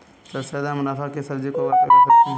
सबसे ज्यादा मुनाफा किस सब्जी को उगाकर कर सकते हैं?